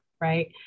right